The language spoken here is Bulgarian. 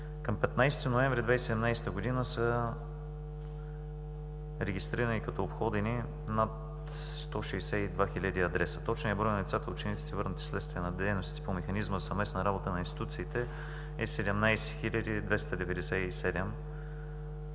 Към 15 ноември 2017 г. са регистрирани като обходени над 162 хил. адреса. Точният брой на децата – учениците, върнати следствие на дейностите по механизма „съвместна работа на институциите“, е 17 хил.